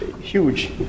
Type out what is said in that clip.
huge